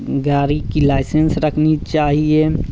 गाड़ी की लाइसेंस रखनी चाहिए